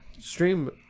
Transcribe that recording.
Stream